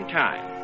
time